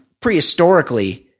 prehistorically